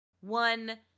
One